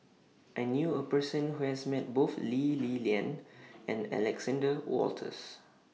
I knew A Person Who has Met Both Lee Li Lian and Alexander Wolters